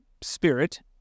spirit